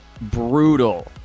brutal